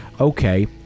okay